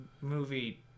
movie